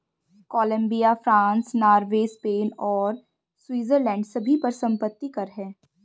Colombia, France, Norway, Spain और Switzerland सभी पर संपत्ति कर हैं